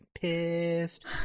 pissed